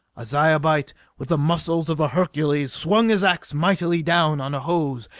a zyobite with the muscles of a hercules swung his ax mightily down on a hose.